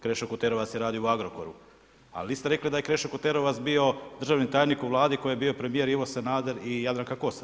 Krešo Kuterovac je radio u Agrokoru, a niste ste rekli da je Krešo Kuterovac bio državni tajnik u Vladi kojoj je bio premijer Ivo Sanader i Jadranka Kosor.